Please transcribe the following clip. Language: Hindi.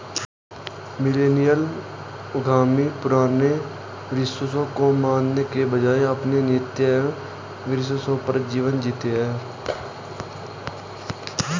मिलेनियल उद्यमी पुराने विश्वासों को मानने के बजाय अपने नीति एंव विश्वासों पर जीवन जीते हैं